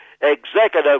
executive